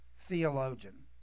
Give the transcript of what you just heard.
theologian